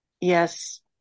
Yes